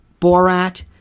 Borat